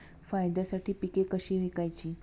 फायद्यासाठी पिके कशी विकायची?